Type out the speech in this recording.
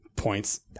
points